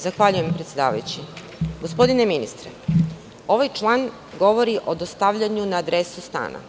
Zahvaljujem, predsedavajući. Gospodine ministre, ovaj član govori o dostavljanju na adresu stana.